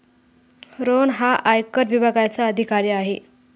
रोहन हा आयकर विभागाचा अधिकारी आहे